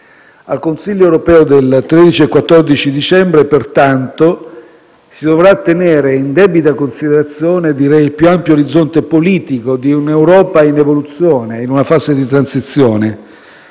Al Consiglio europeo del 13 e 14 dicembre, pertanto, si dovrà tenere in debita considerazione direi il più ampio orizzonte politico di un'Europa in evoluzione in una fase di transizione;